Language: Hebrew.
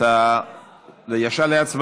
את שניהם